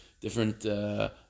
different